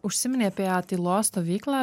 užsiminei apie tylos stovyklą